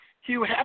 Hugh